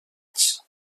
anys